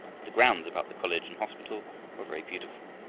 the grounds about the college and hospital were very beautiful.